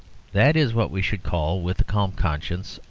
that is what we should call, with a calm conscience,